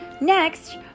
Next